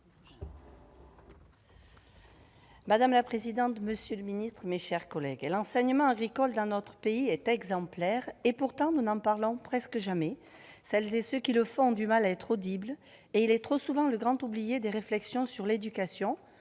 Madame la présidente, monsieur le ministre, mes chers collègues, l'enseignement agricole dans notre pays est exemplaire, et pourtant nous n'en parlons presque jamais. Celles et ceux qui le font ont du mal à être audibles, et cet enseignement est trop souvent le grand oublié des réflexions sur l'éducation.